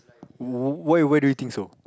w~ why why do you think so